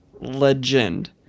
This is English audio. legend